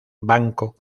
banco